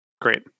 great